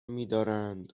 میدارند